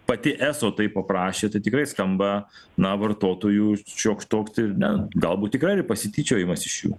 pati eso taip paprašė tai tikrai skamba na vartotojų šioks toks ir ne galbūt tikrai pasityčiojimas iš jų